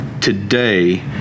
Today